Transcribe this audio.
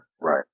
Right